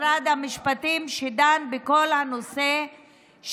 משרד המשפטים שדן בכל הנושא,